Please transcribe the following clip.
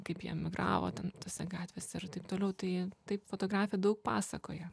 kaip jie migravo ten tose gatvėse ir taip toliau tai taip fotografija daug pasakoja